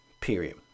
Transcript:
period